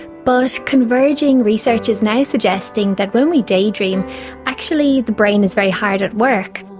but converging research is now suggesting that when we daydream actually the brain is very hard at work.